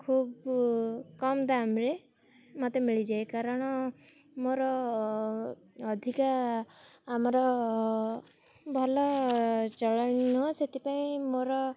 ଖୁବ୍ କମ୍ ଦାମ୍ରେ ମତେ ମିଳିଯାଏ କାରଣ ମୋର ଅଧିକା ଆମର ଭଲ ଚଳାଳି ନୁହଁ ସେଥିପାଇଁ ମୋର